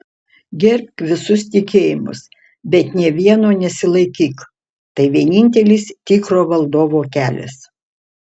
gerbk visus tikėjimus bet nė vieno nesilaikyk tai vienintelis tikro valdovo kelias